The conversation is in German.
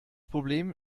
problem